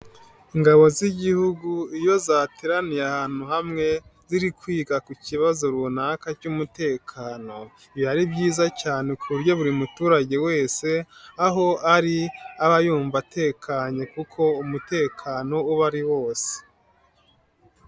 Ingabo z'Igihugu iyo zateraniye ahantu hamwe ziri kwiga ku kibazo runaka cy'umutekano, biba ari byiza cyane ku buryo buri muturage wese aho ari aba yumva atekanye kuko umutekano uba ari wose.